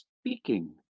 speaking